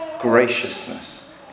graciousness